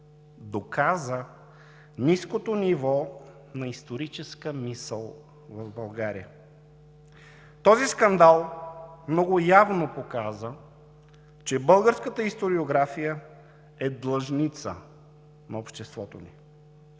доказа ниското ниво на историческа мисъл в България. Този скандал много явно показа, че българската историография е длъжница на обществото ни.